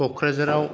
क'क्राझाराव